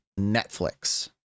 Netflix